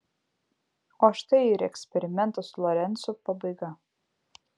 o štai ir eksperimento su lorencu pabaiga